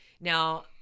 Now